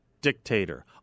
dictator